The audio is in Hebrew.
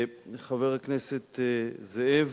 חבר הכנסת זאב